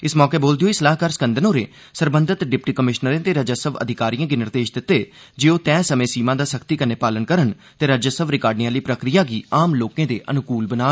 इस मौके बोलदे होई सलाहकार स्कन्दन हारें सरबंधत डिप्टी कमिशनरें ते राजस्व अधिकारिएं गी निर्देश दित्ते जे ओह तैय समें सीमा दा सख्ती कन्नै पालन करन ते राजस्व रिकार्डेर्ं आहली प्रक्रिया गी आम लोकें दे अन्कूल बनान